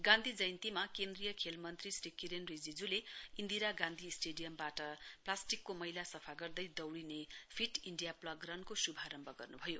गान्धी जयन्तीमा केन्द्रीय खेल मन्त्री श्री किरेन रिजिजूले इन्दिरा गान्धी स्टेडियमबाट प्लास्टिकको मैला सफा गर्दै दौडिने फिट इडिया प्लग रनको शुभारम्भ गर्नुभयो